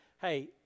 hey